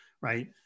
Right